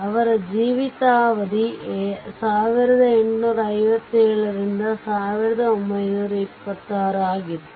ಅವರ ಜೀವಿತಾವಧಿ 1857 ರಿಂದ 1926 ಆಗಿತ್ತು